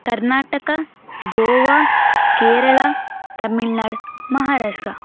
Karnataka Goa Kerala Tamil Nadu Maharashtra